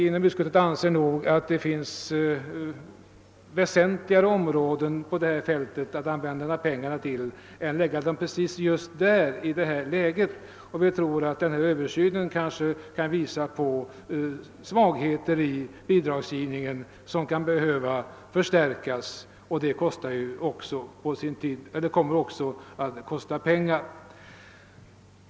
Inom utskottet anser vi att pengarna kanske kan användas på andra områden. Vi tror att översynen kan visa på svagheter i bidragsgivningen som behöver elimineras, och det kommer också att kosta pengar.